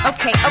Okay